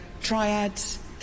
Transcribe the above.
triads